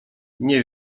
nie